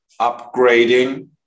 upgrading